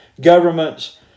governments